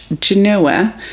Genoa